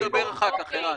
אנחנו נדבר אחר כך, ערן.